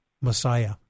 Messiah